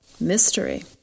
Mystery